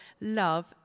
love